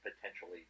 potentially